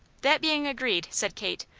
that being agreed, said kate,